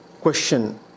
question